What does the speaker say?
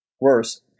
Worse